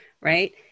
right